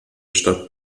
stadt